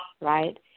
Right